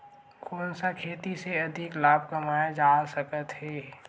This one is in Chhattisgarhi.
कोन सा खेती से अधिक लाभ कमाय जा सकत हे?